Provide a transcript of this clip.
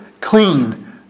clean